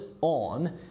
on